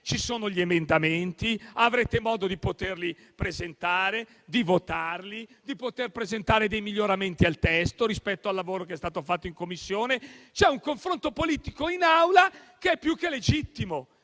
ci sono gli emendamenti; avrete modo di poterli presentare, di votarli, di poter presentare dei miglioramenti al testo rispetto al lavoro che è stato fatto in Commissione. C'è un confronto politico in Aula che è più che legittimo.